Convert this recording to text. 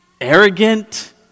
arrogant